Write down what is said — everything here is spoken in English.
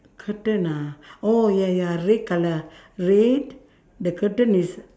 curtain ah oh ya ya red colour red the curtain is